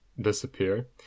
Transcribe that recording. disappear